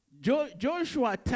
Joshua